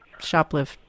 shoplift